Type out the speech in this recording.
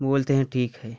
वो बोलते हैं ठीक है